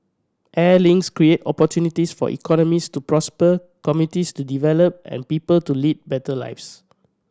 air links create opportunities for economies to prosper communities to develop and people to lead better lives